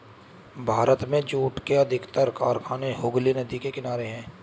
भारत में जूट के अधिकतर कारखाने हुगली नदी के किनारे हैं